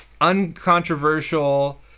uncontroversial